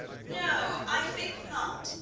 no, i think not,